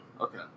Okay